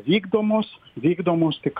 vykdomos vykdomos tik